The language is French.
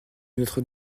notre